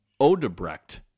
Odebrecht